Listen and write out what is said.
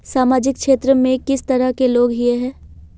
सामाजिक क्षेत्र में किस तरह के लोग हिये है?